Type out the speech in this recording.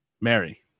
Mary